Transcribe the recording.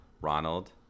Ronald